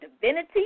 divinity